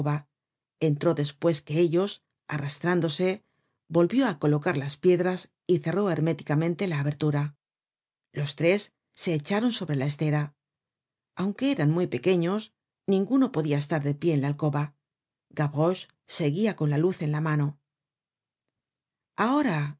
entró despues que ellos arrastrándose volvió á colocar las piedras y cerró herméticamente la abertura los tres se echaron sobre la estera aunque eran muy pequeños ninguno podia estar de pie en la alcoba gavroche seguia con la luz en la mano ahora